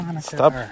stop